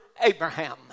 Abraham